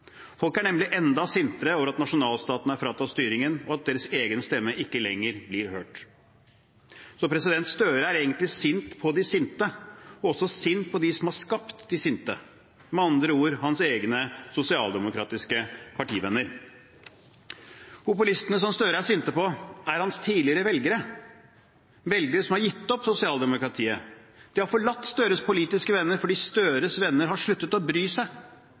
Folk er nemlig enda sintere over at nasjonalstatene er fratatt styringen, og for at deres egen stemme ikke lenger blir hørt. Så Gahr Støre er egentlig sint på de sinte og også sint på dem som har skapt de sinte, med andre ord, hans egne sosialdemokratiske partivenner. Populistene som Gahr Støre er sint på, er hans tidligere velgere – velgere som har gitt opp sosialdemokratiet. De har forlatt Gahr Støres politiske venner fordi Gahr Støres venner har sluttet å bry seg.